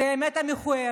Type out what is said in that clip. זו האמת המכוערת.